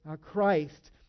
Christ